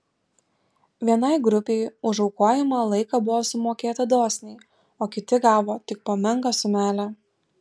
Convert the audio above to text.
vienai grupei už aukojamą laiką buvo sumokėta dosniai o kiti gavo tik po menką sumelę